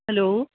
hello